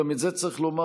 גם את זה צריך לומר,